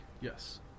Yes